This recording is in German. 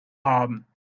haben